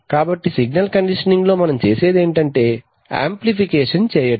కాబట్టి సిగ్నల్ కండిషనింగ్లో మనం చేసేది ఏమిటంటే యాంప్లిఫికేషన్ చేయడం